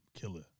Killer